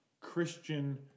Christian